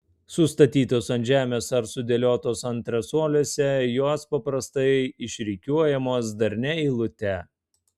sustatytos ant žemės ar sudėliotos antresolėse jos paprastai išrikiuojamos darnia eilute